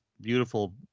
beautiful